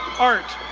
art.